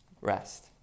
rest